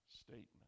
statement